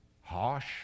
harsh